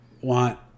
want